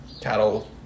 cattle